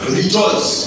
rejoice